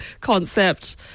concept